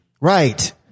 Right